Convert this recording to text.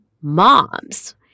moms